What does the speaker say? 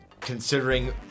Considering